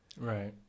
Right